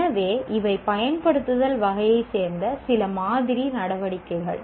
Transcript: எனவே இவை பயன்படுத்துதல் வகையைச் சேர்ந்த சில மாதிரி நடவடிக்கைகள்